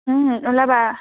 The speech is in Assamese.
ওলাবা